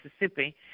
Mississippi